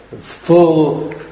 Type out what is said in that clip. full